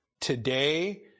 today